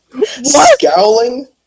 Scowling